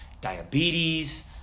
diabetes